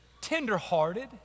tender-hearted